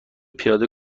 پیاده